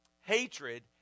hatred